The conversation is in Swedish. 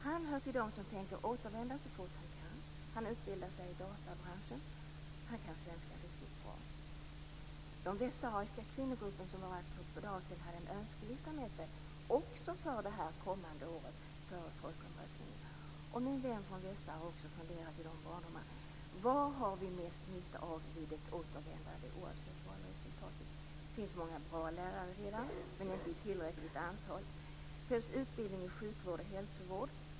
Han hör till dem som tänker återvända så fort han kan. Han utbildar sig i databranchen, och han kan svenska riktigt bra. Den västsahariska kvinnogrupp som var här för ett par dagar sedan hade en önskelista med sig också för det kommande året före folkomröstningen. Min vän från Västsahara har också funderat i de banorna. Vad har vi mest nytta av vid ett återvändande, oavsett valresultatet? Det finns redan många bra lärare, men inte i tillräckligt antal. Det behövs utbildning i sjukvård och hälsovård.